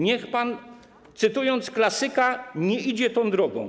Niech pan, cytując klasyka, nie idzie tą drogą.